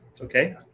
okay